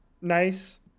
nice